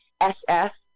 SF